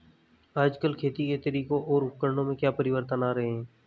आजकल खेती के तरीकों और उपकरणों में क्या परिवर्तन आ रहें हैं?